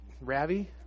ravi